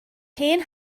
hen